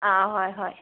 ꯑꯥ ꯍꯣꯏ ꯍꯣꯏ